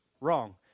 Wrong